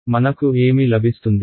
మనకు ఏమి లభిస్తుంది